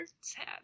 sad